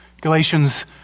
Galatians